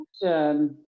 question